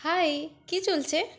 high কি চলছে